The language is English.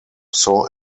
saw